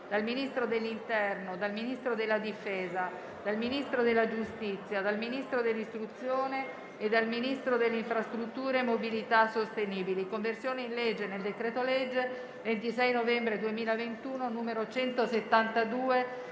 dal Ministro dell'interno, dal Ministro della difesa, dal Ministro della giustizia, dal Ministro dell'istruzione e dal Ministro delle infrastrutture e mobilità sostenibili* «Conversione in legge del decreto-legge 26 novembre 2021, n. 172,